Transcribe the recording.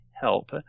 help